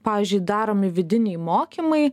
pavyzdžiui daromi vidiniai mokymai